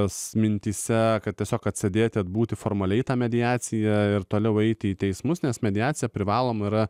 nes mintyse kad tiesiog atsėdėti atbūti formaliai tą mediaciją ir toliau eiti į teismus nes mediacija privaloma yra